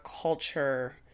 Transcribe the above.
culture